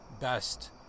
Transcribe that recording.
best